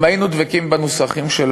שאם היינו דבקים בנוסחים של